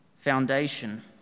foundation